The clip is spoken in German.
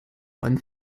von